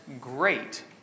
great